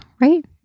right